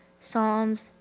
Psalms